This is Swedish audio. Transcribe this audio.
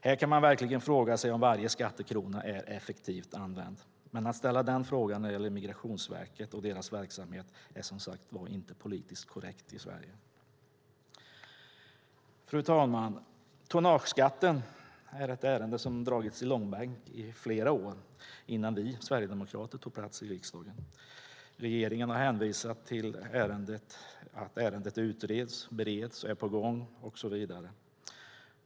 Här kan man verkligen fråga sig om varje skattekrona är effektivt använd. Men att ställa den frågan när det gäller Migrationsverket och dess verksamhet är som sagt inte politiskt korrekt i Sverige. Fru talman! Tonnageskatten hade dragits i långbänk i flera år innan Sverigedemokraterna tog plats i riksdagen. Regeringen har hänvisat till att ärendet utreds, bereds, är på gång och så vidare.